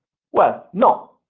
well, no.